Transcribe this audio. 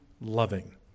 loving